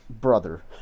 Brother